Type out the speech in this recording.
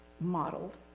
modeled